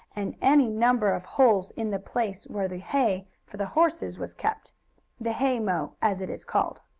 and any number of holes in the place where the hay for the horses was kept the haymow, as it is called.